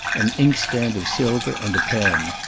an inkstand of silver and a pen.